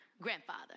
grandfather